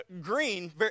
Green